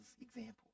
example